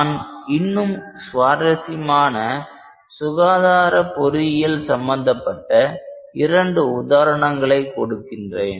நான் இன்னும் சுவாரசியமான சுகாதார பொறியியல் சம்பந்தப்பட்ட இரண்டு உதாரணங்களை கொடுக்கிறேன்